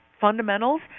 fundamentals